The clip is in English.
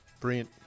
brilliant